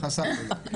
אז חסכתי לך.